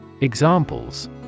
Examples